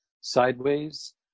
sideways